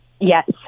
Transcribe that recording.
Yes